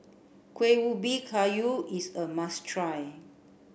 Kuih Ubi Kayu is a must try